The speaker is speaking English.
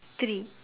three